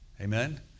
Amen